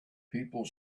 people